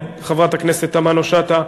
חברת הכנסת תמנו-שטה,